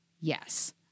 Yes